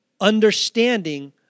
understanding